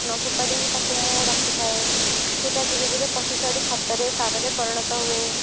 ନ ଫୋପାଡ଼ି ତା'କୁ ମୁଁ ରଖିଥାଏ ସେଇଟା ଧୀରେ ଧୀରେ ପଚି ସଢ଼ି ଖତରେ ସାରରେ ପରିଣତ ହୁଏ